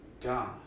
God